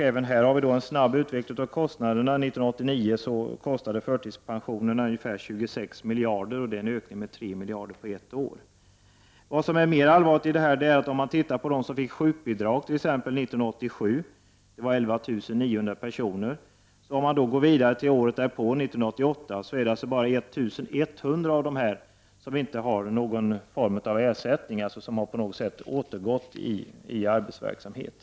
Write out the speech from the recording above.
Även här har vi en snabb utveckling av kostnaderna. 1989 kostade förtidspensionerna ungefär 26 miljarder. Det är en ökning med 3 miljarder på ett år. Mer allvarligt är det om man tittar på dem som fick sjukbidrag t.ex. 1987. Det var 11 900 personer. Går man vidare till året därpå, 1988, är det bara 1 100 av dessa som inte har någon form av ersättning, som således på något sätt har återgått i arbetsverksamhet.